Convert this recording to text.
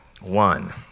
one